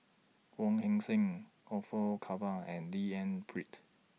Wong Heck Sing Orfeur Cavenagh and D N Pritt